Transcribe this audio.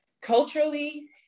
culturally